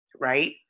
right